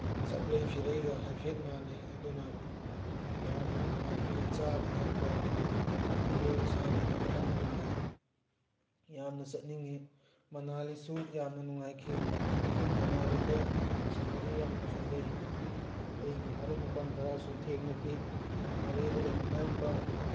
ꯆꯥꯛꯂꯩ ꯐꯤꯔꯩꯒ ꯍꯥꯏꯐꯦꯠ ꯃꯥꯟꯅꯩ ꯑꯗꯨꯅ ꯌꯥꯝꯅ ꯅꯨꯡꯉꯥꯏꯈꯤ ꯆꯥꯕ ꯊꯛꯄ ꯑꯗꯨꯅ ꯀꯣꯏꯕ ꯁꯥꯟꯕꯗ ꯌꯥꯝꯅ ꯅꯨꯡꯉꯥꯏ ꯌꯥꯝꯅ ꯆꯠꯅꯤꯡꯉꯤ ꯃꯅꯥꯂꯤꯁꯨ ꯌꯥꯝꯅ ꯅꯨꯡꯉꯥꯏꯈꯤ ꯃꯅꯥꯂꯤꯗ ꯁꯤꯅꯔꯤ ꯌꯥꯝꯅ ꯐꯖꯩ ꯑꯩꯒꯤ ꯃꯔꯨꯞ ꯃꯄꯥꯡ ꯈꯔꯁꯨ ꯊꯦꯡꯅꯈꯤ ꯃꯣꯔꯦꯗ ꯂꯩꯃꯤꯟꯅꯔꯝꯕ